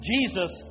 Jesus